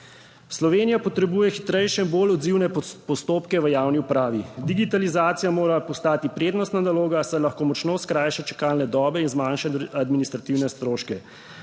Slovenija potrebuje hitrejše in bolj odzivne postopke v javni upravi. Digitalizacija mora postati prednostna naloga, saj lahko močno skrajša čakalne dobe in zmanjša administrativne stroške.